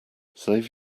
save